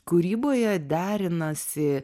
kūryboje derinasi